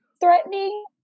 threatening